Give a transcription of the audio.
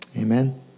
Amen